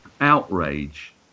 outrage